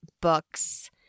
books